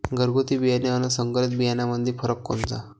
घरगुती बियाणे अन संकरीत बियाणामंदी फरक कोनचा?